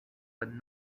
but